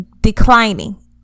declining